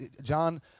John